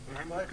מדינת ישראל.